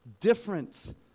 different